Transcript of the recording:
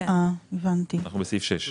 אנחנו בסעיף (6).